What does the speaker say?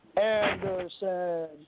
Anderson